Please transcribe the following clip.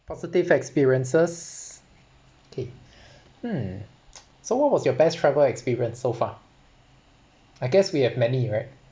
positive experiences K hmm so what was your best travel experience so far I guess we have many right